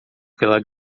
pela